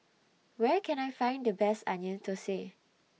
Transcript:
Where Can I Find The Best Onion Thosai